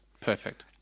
perfect